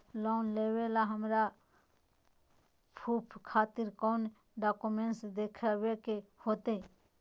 Loan लेबे ला हमरा प्रूफ खातिर कौन डॉक्यूमेंट देखबे के होतई?